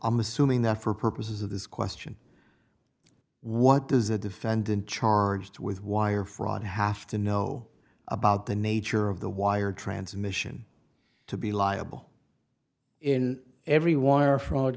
i'm assuming that for purposes of this question what does a defendant charged with wire fraud have to know about the nature of the wire transmission to be liable in every wire fraud